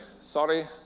sorry